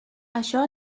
això